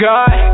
God